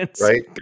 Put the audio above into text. right